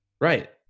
Right